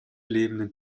lebenden